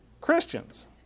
Christians